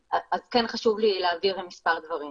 חשוב לי להבהיר מספר דברים.